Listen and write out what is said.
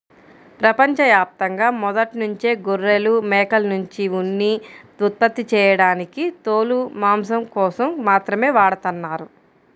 ప్రపంచ యాప్తంగా మొదట్నుంచే గొర్రెలు, మేకల్నుంచి ఉన్ని ఉత్పత్తి చేయడానికి తోలు, మాంసం కోసం మాత్రమే వాడతన్నారు